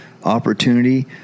opportunity